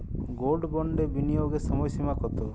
Gold বন্ডে বিনিয়োগের সময়সীমা কতো?